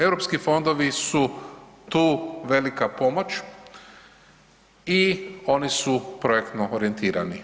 Europski fondovi su tu velika pomoć i oni su projektno orijentirani.